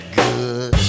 good